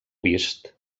vist